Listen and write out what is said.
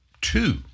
two